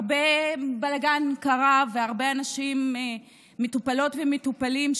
הרבה בלגן קרה, והרבה אנשים, מטופלות ומטופלים,